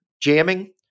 jamming